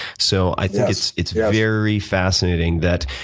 so i think it's it's very fascinating that